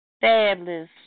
Fabulous